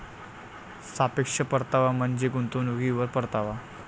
सापेक्ष परतावा म्हणजे गुंतवणुकीवर परतावा